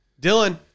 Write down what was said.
Dylan